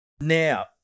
Now